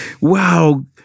Wow